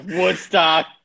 woodstock